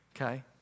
okay